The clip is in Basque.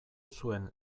zuen